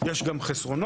יש גם חסרונות.